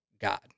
God